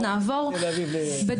תל אביב יפו,